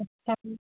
अच्छा जी